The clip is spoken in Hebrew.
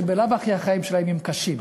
שבלאו הכי החיים שלהם קשים.